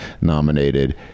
nominated